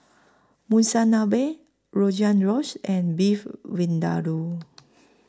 Monsunabe Rogan Josh and Beef Vindaloo